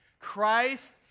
Christ